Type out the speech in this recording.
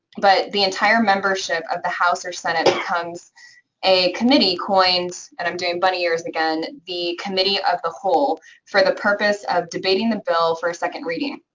but the entire membership of the house or senate becomes a committee coined and i'm doing bunny ears again the committee of the whole for the purpose of debating the bill for a second reading.